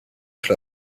club